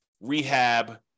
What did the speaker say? rehab